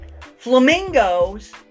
flamingos